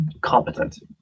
competent